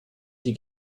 die